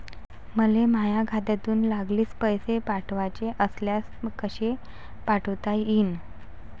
मले माह्या खात्यातून लागलीच पैसे पाठवाचे असल्यास कसे पाठोता यीन?